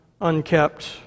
unkept